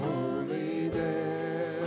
Holiness